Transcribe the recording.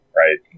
right